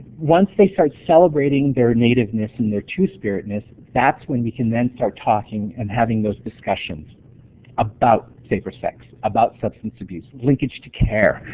once they start celebrating their nativeness and their two-spiritness, that's when we can then start talking and having those discussions about safer sex, about substance abuse, linkage to care,